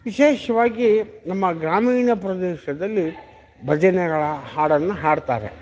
ವಿಶೇಷವಾಗಿ ನಮ್ಮ ಗ್ರಾಮೀಣ ಪ್ರದೇಶದಲ್ಲಿ ಭಜನೆಗಳ ಹಾಡನ್ನು ಹಾಡ್ತಾರೆ